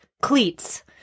cleats